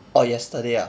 oh yesterday ah